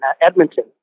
Edmonton